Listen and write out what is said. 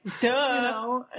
Duh